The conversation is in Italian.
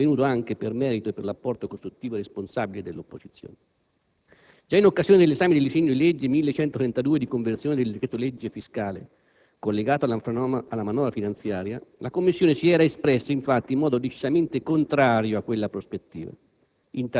Ma è avvenuto anche per merito e per l'apporto costruttivo e responsabile dell'opposizione. Già in occasione dell'esame del disegno di legge n. 1132, di conversione del decreto-legge fiscale collegato alla manovra finanziaria, la Commissione si era espressa, infatti, in modo decisamente contrario a quella prospettiva.